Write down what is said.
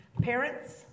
Parents